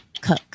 Cook